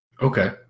Okay